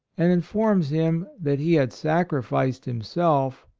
and informs him that he had sacrificed himself,